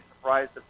surprised